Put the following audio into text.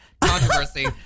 controversy